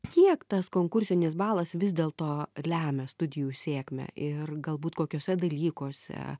kiek tas konkursinis balas vis dėlto lemia studijų sėkmę ir galbūt kokiuose dalykuose